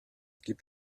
gibt